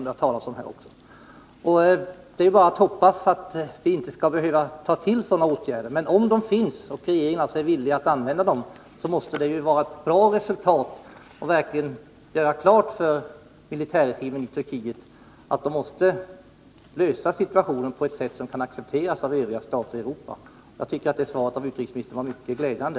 Det är bara att hoppas att vi inte skall behöva ta till sådana åtgärder, men om de här möjligheterna finns och om regeringen är villig att begagna sig av dem, så borde de kunna vara ett utmärkt medel för att verkligen göra klart för militärregimen i Turkiet att den måste lösa situationen på ett sätt som kan accepteras av övriga stater i Europa. Jag tycker alltså att svaret från utrikesministern var mycket glädjande.